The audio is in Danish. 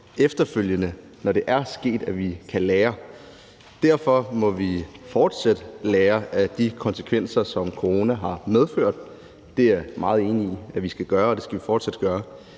efterfølgende, når det er sket, at vi kan lære. Derfor må vi fortsat lære af de konsekvenser, som corona har medført. Det er jeg meget enig i vi skal gøre, og det skal vi fortsat gøre.